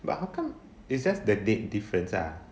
but how come it's just that date difference ah